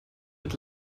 mit